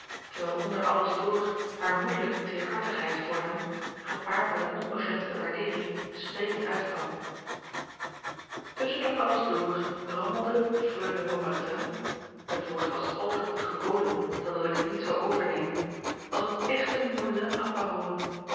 terwijl onder alles door hare moederlijke teerhartigheid voor hem gepaard met eene onbegrensde waardeering sprekend uitkwam tusschen dat alles door rammelde freule haubertin het woord was al te goed gekozen dan dat ik het niet zou overnemen als een echte